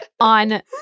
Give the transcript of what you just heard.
on